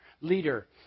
leader